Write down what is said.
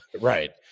Right